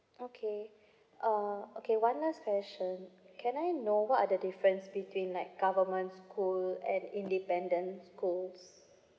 okay uh okay one last question can I know what are the difference between like governments school and independence schools